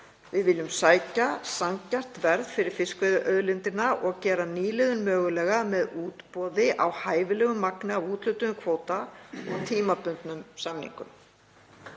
Við viljum sækja sanngjarnt verð fyrir fiskveiðiauðlindina og gera nýliðun mögulega með útboði á hæfilegu magni af úthlutuðum kvóta og tímabundnum samningum,